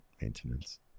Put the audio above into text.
maintenance